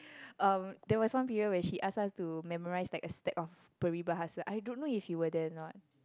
um there was one period where she asked us to memorise like a stack of peribahasa I don't know if you were there or not